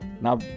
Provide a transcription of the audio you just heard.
Now